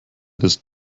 ist